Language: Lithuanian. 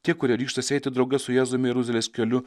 tie kurie ryžtasi eiti drauge su jėzumi jeruzalės keliu